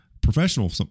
professional